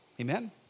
Amen